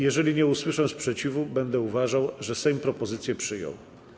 Jeżeli nie usłyszę sprzeciwu, będę uważał, że Sejm propozycje przyjął.